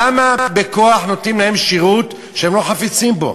למה בכוח נותנים להם שירות שהם לא חפצים בו?